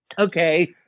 okay